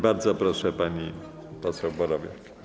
Bardzo proszę, pani poseł Borowiak.